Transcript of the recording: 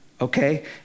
Okay